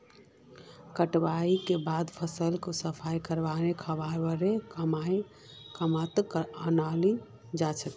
कटाईर बादे फसल साफ करे खाबार कामत अनाल जाछेक